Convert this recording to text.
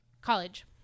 College